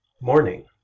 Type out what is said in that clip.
Morning